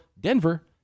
Denver